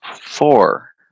Four